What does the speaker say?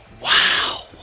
Wow